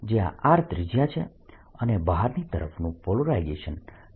જયાં R ત્રિજ્યા છે અને બહારની તરફનું પોલરાઇઝેશન P0 છે